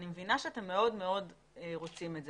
אני מבינה שאתם מאוד מאוד רוצים את זה